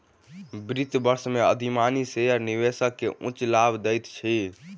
वित्त वर्ष में अधिमानी शेयर निवेशक के उच्च लाभ दैत अछि